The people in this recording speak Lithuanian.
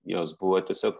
jos buvo tiesiog